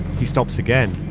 he stops again.